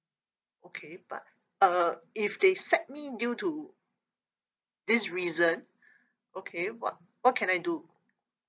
okay but uh if they sack me due to this reason okay what what can I do